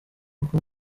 kuko